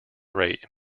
rate